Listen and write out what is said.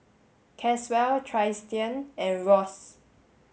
Caswell Tristian and Ross